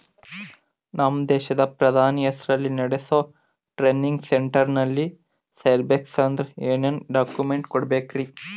ನಮ್ಮ ದೇಶದ ಪ್ರಧಾನಿ ಹೆಸರಲ್ಲಿ ನೆಡಸೋ ಟ್ರೈನಿಂಗ್ ಸೆಂಟರ್ನಲ್ಲಿ ಸೇರ್ಬೇಕಂದ್ರ ಏನೇನ್ ಡಾಕ್ಯುಮೆಂಟ್ ಕೊಡಬೇಕ್ರಿ?